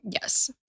Yes